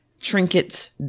trinkets